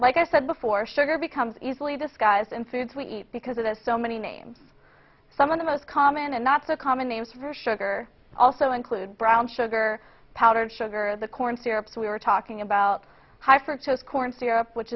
like i said before sugar becomes easily disguised and foods we eat because it has so many names some of the most common and that's the common names for sugar also include brown sugar powdered sugar the corn syrup so we were talking about high fructose corn syrup which